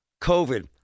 COVID